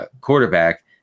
quarterback